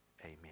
Amen